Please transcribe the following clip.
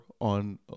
on